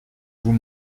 vous